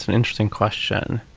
and interesting question.